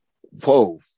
Whoa